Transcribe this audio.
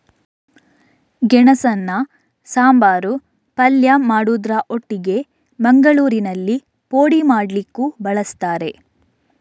ಗೆಣಸನ್ನ ಸಾಂಬಾರು, ಪಲ್ಯ ಮಾಡುದ್ರ ಒಟ್ಟಿಗೆ ಮಂಗಳೂರಿನಲ್ಲಿ ಪೋಡಿ ಮಾಡ್ಲಿಕ್ಕೂ ಬಳಸ್ತಾರೆ